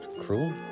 cruel